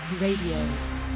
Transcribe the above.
Radio